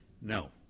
no